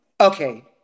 okay